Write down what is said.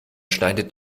schneidet